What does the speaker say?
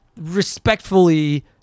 respectfully